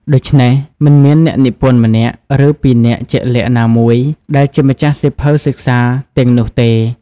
ដូច្នេះ មិនមានអ្នកនិពន្ធម្នាក់ ឬពីរនាក់ជាក់លាក់ណាមួយ ដែលជាម្ចាស់សៀវភៅសិក្សាទាំងនោះទេ។